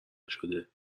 نشده